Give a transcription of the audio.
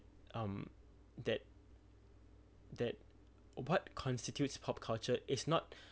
um that that what constitutes pop culture is not